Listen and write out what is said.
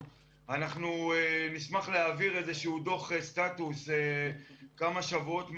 נשמח להעביר דוח סטטוס כמה שבועות מהיום,